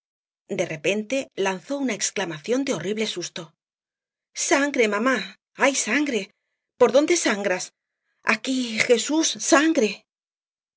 de repente lanzó una exclamación de horrible susto sangre mamá hay sangre por dónde sangras aquí jesús sangre